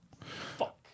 Fuck